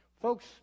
Folks